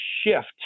shift